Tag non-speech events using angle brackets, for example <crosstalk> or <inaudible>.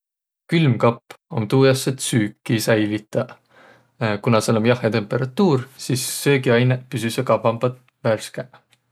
Külmkapp om tuu jaos, et süüki säilitäq. <hesitation> Kuna sääl om jahhe temperatuur, sis söögiainõq püsüseq kavvamba värskeq.